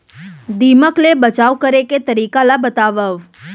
दीमक ले बचाव करे के तरीका ला बतावव?